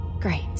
Great